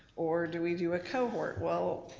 or do we do a cohort? well,